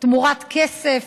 תמורת כסף.